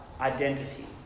identity